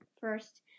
first